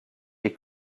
est